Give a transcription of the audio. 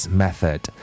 method